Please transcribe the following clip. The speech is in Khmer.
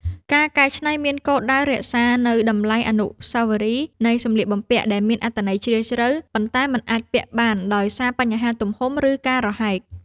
ការកែច្នៃមានគោលដៅរក្សានូវតម្លៃអនុស្សាវរីយ៍នៃសម្លៀកបំពាក់ដែលមានអត្ថន័យជ្រាលជ្រៅ ប៉ុន្តែមិនអាចពាក់បានដោយសារបញ្ហាទំហំ ឬការរហែក។